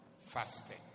fasting